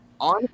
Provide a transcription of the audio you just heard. on